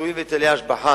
פיצוי והיטלי השבחה,